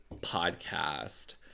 podcast